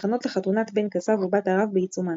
ההכנות לחתונת בן קצב ובת הרב בעיצומן.